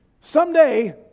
someday